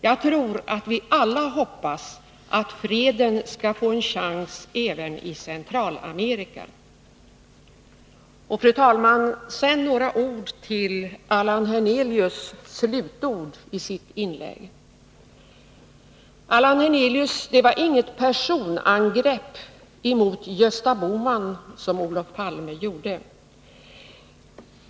Jag tror att vi alla hoppas att freden skall få en chans även i Centralamerika. Fru talman! Sedan några ord till Allan Hernelius med anledning av vad han sade i slutet av sitt inlägg. Allan Hernelius! Det var inget personangrepp mot Gösta Bohman som Olof Palme gjorde.